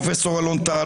פרופ' אלון טל,